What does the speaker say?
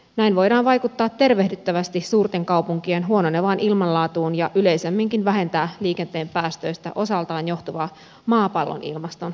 näin voidaan vaikuttaa tervehdyttävästi suurten kaupunkien huononevaan ilmanlaatuun ja yleisemminkin vähentää liikenteen päästöistä osaltaan johtuvaa maapallon ilmaston lämpenemistä